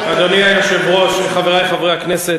אדוני היושב-ראש וחברי חברי הכנסת,